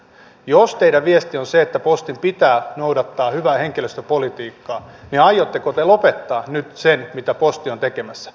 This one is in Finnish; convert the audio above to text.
jos teidän viestinne on se että postin pitää noudattaa hyvää henkilöstöpolitiikkaa niin aiotteko te lopettaa nyt sen mitä posti on tekemässä